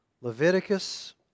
Leviticus